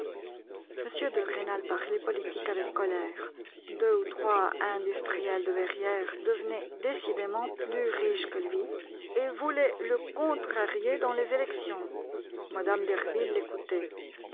m de rênal parlait politique avec colère deux ou trois industriels de verrières devenaient décidément plus riches que lui et voulaient le contrarier dans les élections mme derville l'écoutait